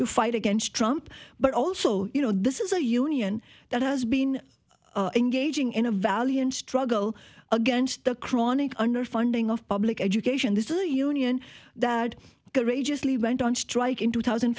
to fight against trump but also you know this is a union that has been engaging in a valiant struggle against the chronic underfunding of public education this is the union that courageously went on strike in two thousand